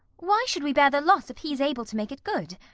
why should we bear the loss if he's able to make it good?